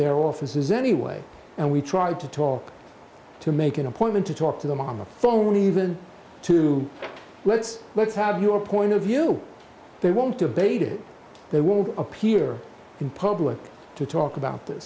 their offices anyway and we tried to talk to make an appointment to talk to them on the phone even to let's let's have your point of view they won't debate it they won't appear in public to talk about th